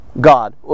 God